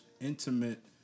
intimate